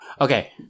Okay